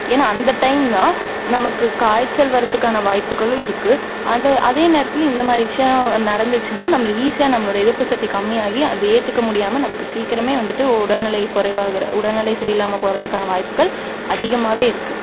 ஏன்னால் அந்த டைம் தான் நமக்கு காய்ச்சல் வரதுக்கான வாய்ப்புகளும் இருக்குது அதே அதே நேரத்தில் இந்த மாதிரி விஷயோம் நடந்துச்சுனால் நம்மள ஈஸியாக நம்மளோடய எதிர்ப்பு சக்தி கம்மியாகி அதை ஏற்றுக்க முடியாமல் நமக்கு சீக்கிரமே வந்துட்டு உடல்நிலை குறைவாகிற உடல்நிலை சரி இல்லாமல் போறதுக்கான வாய்ப்புக்கள் அதிகமாவே இருக்குது